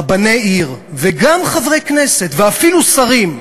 רבני עיר, וגם חברי כנסת, ואפילו שרים,